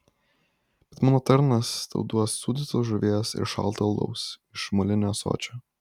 bet mano tarnas tau duos sūdytos žuvies ir šalto alaus iš molinio ąsočio